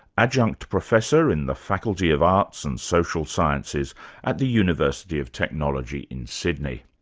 adjunct professor in the faculty of arts and social sciences at the university of technology in sydney.